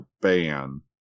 ban